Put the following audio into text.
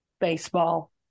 baseball